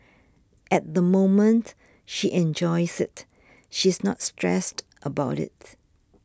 at the moment she enjoys it she's not stressed about it